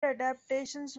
adaptations